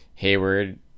Hayward